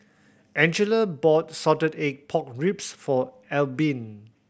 Angela bought salted egg pork ribs for Albin